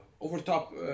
overtop